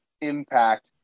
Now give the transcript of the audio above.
Impact